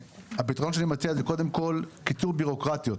הפתרונות שאני מציע זה קודם כל קיצור בירוקרטיות.